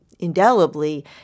indelibly